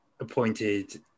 appointed